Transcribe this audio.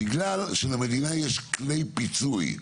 בגלל שלמדינה יש כלי פיצוי,